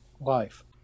life